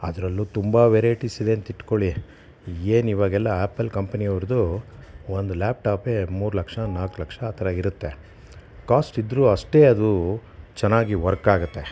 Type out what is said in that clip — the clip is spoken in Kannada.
ಅದರಲ್ಲೂ ತುಂಬ ವೆರೈಟಿಸ್ ಇದೆ ಅಂತ ಇಟ್ಕೊಳ್ಳಿ ಏನು ಇವಾಗೆಲ್ಲ ಆ್ಯಪಲ್ ಕಂಪ್ನಿ ಅವ್ರದ್ದು ಒಂದು ಲ್ಯಾಪ್ ಟಾಪೇ ಮೂರು ಲಕ್ಷ ನಾಲ್ಕು ಲಕ್ಷ ಆ ಥರ ಇರುತ್ತೆ ಕಾಸ್ಟ್ ಇದ್ದರೂ ಅಷ್ಟೇ ಅದು ಚೆನ್ನಾಗಿ ವರ್ಕ್ ಆಗುತ್ತೆ